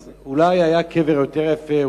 אז אולי היה קבר יותר יפה,